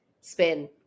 spin